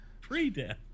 Pre-death